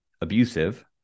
abusive